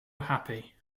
happy